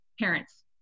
parents